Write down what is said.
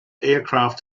aircraft